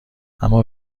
اما